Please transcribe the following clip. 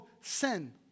sin